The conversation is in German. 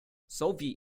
sowie